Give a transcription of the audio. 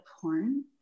porn